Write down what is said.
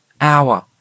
hour